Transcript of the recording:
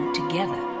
together